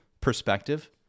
perspective